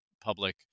public